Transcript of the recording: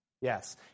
Yes